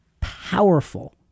powerful